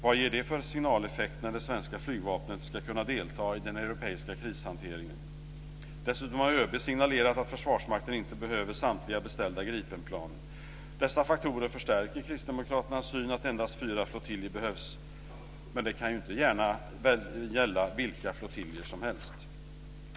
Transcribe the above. Vad ger det för signaleffekt när det svenska flygvapnet ska kunna delta i den europeiska krishanteringen? Dessutom har ÖB signalerat att Försvarsmakten inte behöver samtliga beställda Gripenplan. Dessa faktorer förstärker kristdemokraternas syn på att endast fyra flottiljer behövs, men det kan ju inte gärna gälla vilka flottiljer som helst.